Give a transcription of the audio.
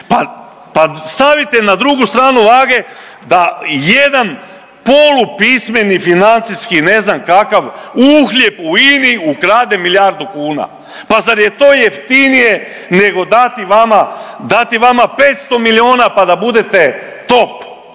pa stavite na drugu stranu vage da jedan polupismeni financijski ne znam kakav uhljeb, u INA-i ukrade milijardu kuna. Pa zar je to jeftinije nego dati vama, dati vama 500 milijuna pa da budete top